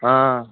ஆ